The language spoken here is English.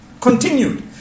Continued